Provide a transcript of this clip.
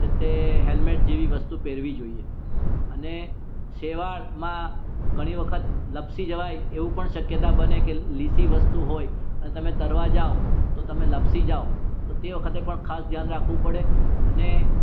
છે તે હેલમેટ જેવી વસ્તુ પહેરવી જોઈએ અને શેવાળમાં ઘણી વખત લપસી જવાય એવું પણ શક્યતા બને કે લીસી વસ્તુ હોય અને તમે તરવા જાઓ તો તમે લપસી જાવ તો તે વખતે પણ ખાસ ધ્યાન રાખવું પડે અને